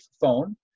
phone